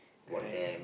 about them